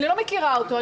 אני לא מכירה אותו.